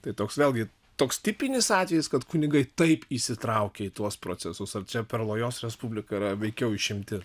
tai toks vėlgi toks tipinis atvejis kad kunigai taip įsitraukia į tuos procesus ar čia perlojos respublika yra veikiau išimtis